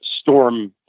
storm